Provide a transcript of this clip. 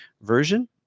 version